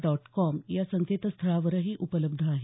dot com या संकेतस्थळावरही उपलब्ध आहे